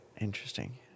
Interesting